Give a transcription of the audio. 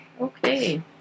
Okay